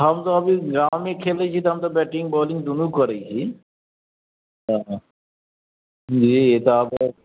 हम तऽ अभी गाँवमे खेलै छी तऽ हम तऽ बैटिंग बॉलिंग दुनू करै छी हँ जी तऽ